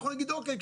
אנחנו נגיד אוקיי,